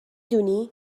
دونی